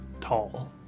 tall